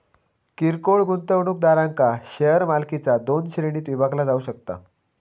किरकोळ गुंतवणूकदारांक शेअर मालकीचा दोन श्रेणींत विभागला जाऊ शकता